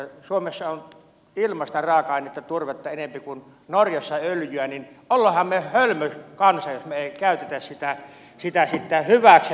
kun suomessa on ilmaista raaka ainetta turvetta enempi kuin norjassa öljyä niin olemmehan me hölmö kansa jos me emme käytä sitä hyväksemme